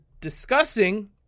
discussing